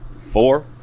four